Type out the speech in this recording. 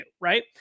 Right